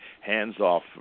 hands-off